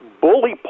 bully